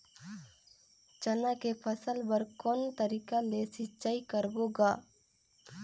चना के फसल बर कोन तरीका ले सिंचाई करबो गा?